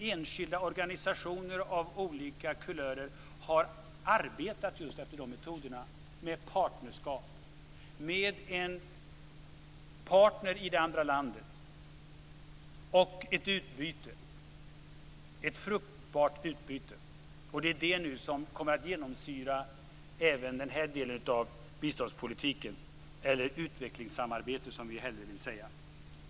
Enskilda organisationer av olika kulörer har arbetat just efter dessa metoder - med partnerskap, med en partner i det andra landet och med ett fruktbart utbyte. Det är detta som nu kommer att genomsyra även den här delen av biståndspolitiken - eller utvecklingssamarbetet, som vi hellre vill säga.